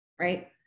right